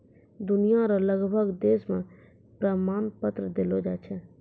दुनिया रो लगभग देश मे प्रमाण पत्र देलो जाय छै